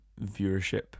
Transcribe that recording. viewership